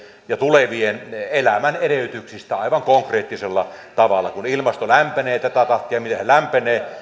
ja tulevaisuudessa asuvien elämän edellytyksistä aivan konkreettisella tavalla kun ilmasto lämpenee tätä tahtia kuin mitä se lämpenee